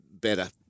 better